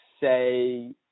say